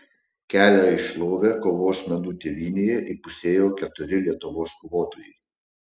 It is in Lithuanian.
kelią į šlovę kovos menų tėvynėje įpusėjo keturi lietuvos kovotojai